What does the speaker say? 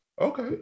Okay